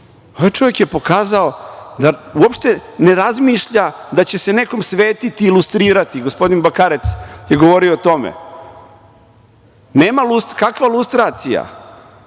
ovaj čovek je pokazao da uopšte ne razmišlja da će se nekom svetiti, i lustrirati. Gospodin Bakarec je govorio o tome. Nema lustracije, kakva lustracija,